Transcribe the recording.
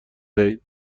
دهید